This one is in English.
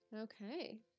Okay